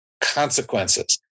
consequences